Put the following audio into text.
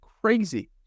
crazy